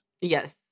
Yes